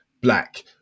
Black